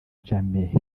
jammeh